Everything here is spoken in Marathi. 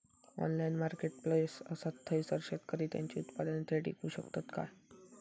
ऑनलाइन मार्केटप्लेस असा थयसर शेतकरी त्यांची उत्पादने थेट इकू शकतत काय?